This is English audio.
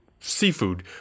Seafood